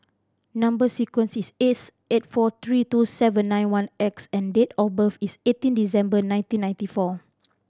number sequence is S eight four three two seven nine one X and date of birth is eighteen December nineteen ninety four